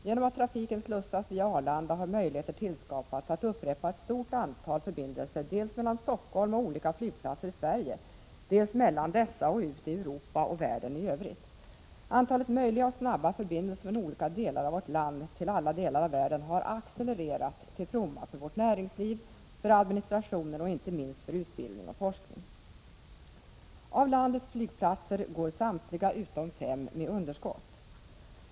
Genom att trafiken slussas via Arlanda har möjligheter tillskapats att upprätta ett stort antal förbindelser dels mellan Stockholm och olika flygplatser i Sverige, dels mellan dessa och ut i Europa och världen i övrigt. Antalet möjliga och snabba förbindelser från olika delar av vårt land till alla delar av världen har accelererat till fromma för vårt näringsliv, för administrationen och inte minst för utbildning och forskning. Avlandets flygplatser går samtliga utom fem med underskott.